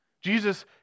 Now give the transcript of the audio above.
Jesus